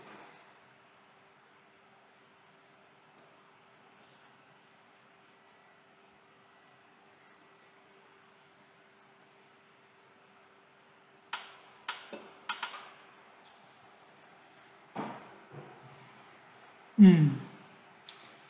mm